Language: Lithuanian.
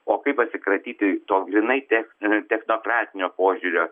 o kaip atsikratyti to grynai tech technokratinio požiūrio